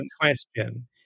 question